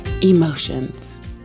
emotions